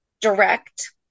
direct